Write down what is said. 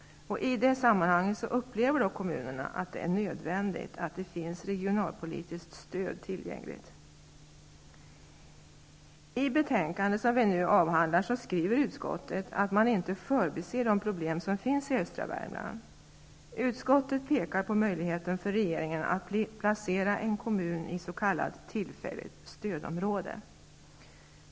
I det sammanhanget upplever kommunerna att det är nödvändigt att det finns regionalpolitiskt stöd tillgängligt. I det betänkande som vi nu avhandlar skriver utskottet att man inte förbiser de problem som finns i östra Värmland. Utskottet pekar på möjligheten för regeringen att placera en kommun i s.k. tillfälligt stödområde.